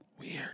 Weird